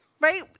right